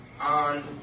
on